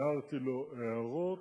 הערתי עליו הערות.